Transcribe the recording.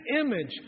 image